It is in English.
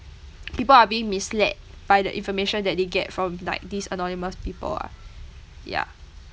people are being misled by the information that they get from like these anonymous people ah ya